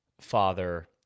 father